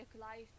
life